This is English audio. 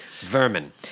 vermin